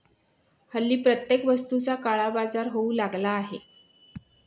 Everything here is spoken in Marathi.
हल्ली प्रत्येक वस्तूचा काळाबाजार होऊ लागला आहे